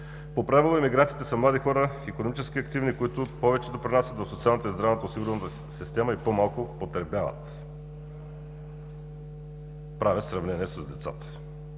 По правило емигрантите са млади хора, икономически активни, които повече допринасят в социалната и здравната осигурителна система и по-малко потребяват. Правя сравнение с децата,